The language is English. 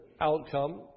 outcome